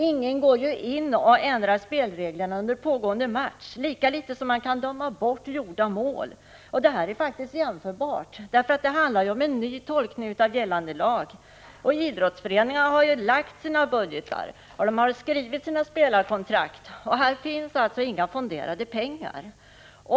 Ingen ändrar spelreglerna under pågående match, lika litet som man kan döma bort gjorda mål. Och det här är faktiskt jämförbart. Det handlar om en ny tolkning av gällande lag. Idrottsföreningarna har ju fastställt sina budgetar och skrivit sina spelarkontrakt. Där finns det alltså inga fonderade pengar.